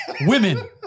women